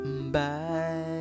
Bye